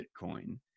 bitcoin